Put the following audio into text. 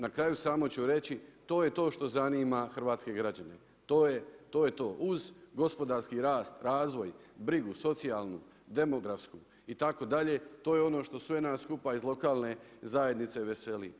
Na kraju samo ću reći, to je to što zanima hrvatske građane, to je, to je to, uz gospodarski rast, razvoj, brigu socijalnu, demografsku itd., to je ono što sve nas skupa iz lokalne zajednice veseli.